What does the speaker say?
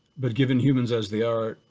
but given humans as they are,